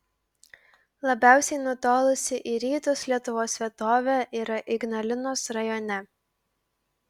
labiausiai nutolusi į rytus lietuvos vietovė yra ignalinos rajone